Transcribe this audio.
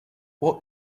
what